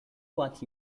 what